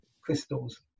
crystals